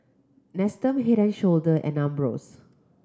Nestum Head and Shoulder and Ambros